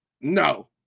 No